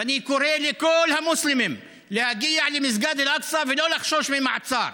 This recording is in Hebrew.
ואני קורא לכל המוסלמים להגיע למסגד אל-אקצא ולא לחשוש ממעצר.